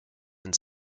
and